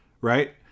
right